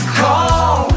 call